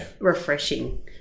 refreshing